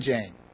Jane